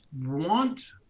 want